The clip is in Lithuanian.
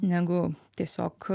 negu tiesiog